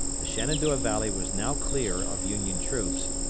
the shenandoah valley was now clear of union troops,